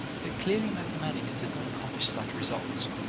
but clearly mathematics does not accomplish such results,